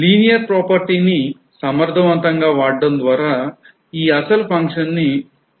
linearity propertyను సమర్థవంతంగా వాడడం ద్వారా ఈ అసలు function ను సులభంగా కనుక్కోగలిగాం